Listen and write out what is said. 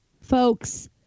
folks